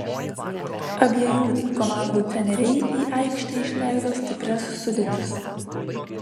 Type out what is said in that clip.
abiejų komandų treneriai į aikštę išleido stiprias sudėtis